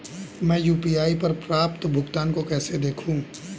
मैं यू.पी.आई पर प्राप्त भुगतान को कैसे देखूं?